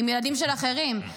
עם ילדים של אחרים.